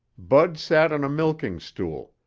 bud sat on a milking stool,